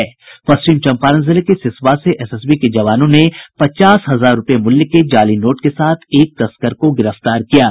पश्चिम चम्पारण जिले के सिसवा से एसएसबी के जवानों ने पचास हजार रूपये मूल्य के जाली नोट के साथ एक तस्कर को गिरफ्तार किया है